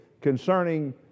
concerning